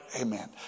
Amen